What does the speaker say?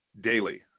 daily